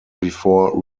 before